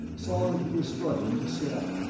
saw that he was struggling to sit up.